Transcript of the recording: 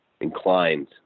inclined